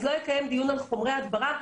אז לא יתקיים דיון על חומרי הדברה?